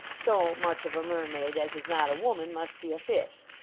so much of a mermaid as is not a woman must be a fish.